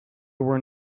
were